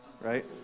right